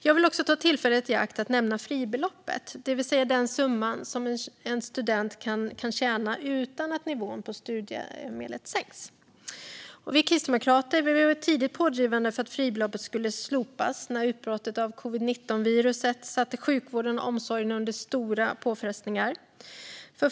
Jag vill ta tillfället i akt att nämna fribeloppet, det vill säga den summa som en student kan tjäna utan att nivån på studiemedlet sänks. Vi kristdemokrater var tidigt pådrivande för att fribeloppet skulle slopas när utbrottet av covid-19 utsatte sjukvården och omsorgen för stora påfrestningar.